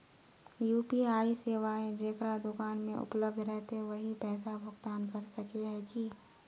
UPI सेवाएं जेकरा दुकान में उपलब्ध रहते वही पैसा भुगतान कर सके है की?